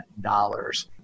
dollars